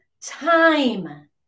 time